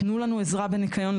תנו לנו עזרה בניקיון,